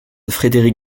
frédéric